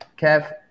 Kev